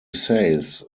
says